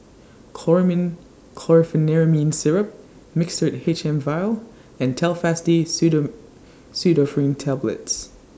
Chlormine Chlorpheniramine Syrup Mixtard H M Vial and Telfast D Pseudoephrine Tablets